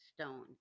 Stone